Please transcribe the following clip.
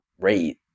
rate